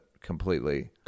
completely